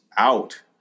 out